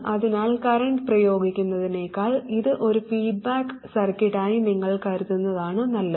അതിനാൽ കറന്റ് പ്രയോഗിക്കുന്നതിനേക്കാൾ ഇത് ഒരു ഫീഡ്ബാക്ക് സർക്യൂട്ടായി നിങ്ങൾ കരുതുന്നതാണ് നല്ലത്